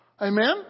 Amen